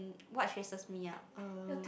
what stresses me up uh